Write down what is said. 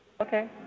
Okay